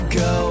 go